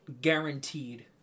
guaranteed